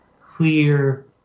clear